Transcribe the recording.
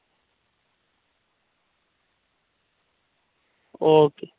okay